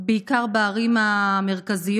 בעיקר בערים המרכזיות,